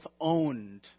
owned